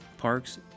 Parks